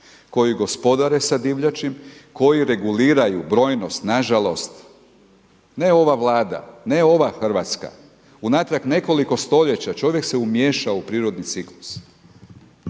koji gospodare sa divljači, koji reguliraju brojnost, nažalost ne ova Vlada, ne ova Hrvatska, unatrag nekoliko stoljeća čovjek se umiješao u prirodni ciklus.